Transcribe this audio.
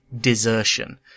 desertion